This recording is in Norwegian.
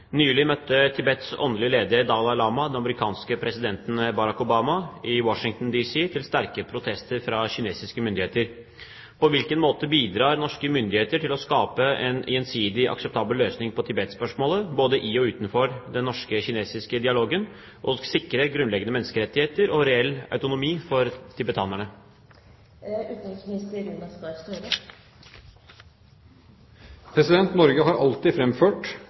møtte Tibets åndelige leder Dalai Lama den amerikanske presidenten Barack Obama i Washington, D.C. til sterke protester fra kinesiske myndigheter. På hvilken måte bidrar norske myndigheter til å skape en gjensidig akseptabel løsning på Tibet-spørsmålet både i og utenfor den norsk-kinesiske dialogen og sikre grunnleggende menneskerettigheter og reell autonomi for tibetanerne?»